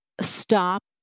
stop